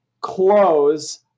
close